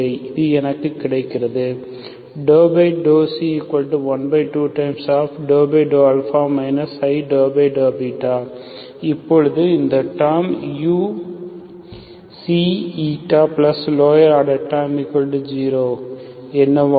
இது எனக்கு கிடைக்கிறது 12∂α i∂β இப்போது இந்த டேர்ம் uξηlower order terms0 என்னவாகும்